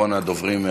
אחרון הדוברים,